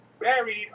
buried